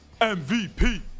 MVP